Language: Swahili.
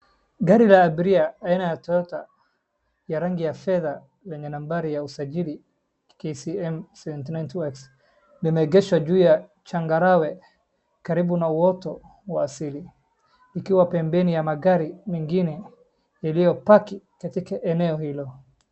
Gari la abiria aina ya Toyota, ya rangi ya fedha yenye nambari ya usajili KCM seventy nine two X , limeegeshwa juu ya changarawe karibu na uoto wa asili likiwa pembeni ya magari mengine yaliyopaki katika eneo hilo.